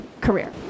career